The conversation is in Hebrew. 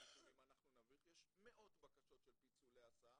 יש מאות בקשות של פיצולי הסעה.